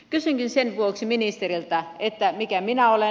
kysynkin sen vuoksi ministeriltä mikä minä olen